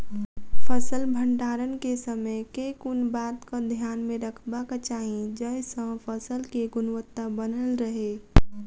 फसल भण्डारण केँ समय केँ कुन बात कऽ ध्यान मे रखबाक चाहि जयसँ फसल केँ गुणवता बनल रहै?